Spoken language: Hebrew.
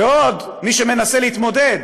בעוד מי שמנסה להתמודד,